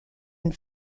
and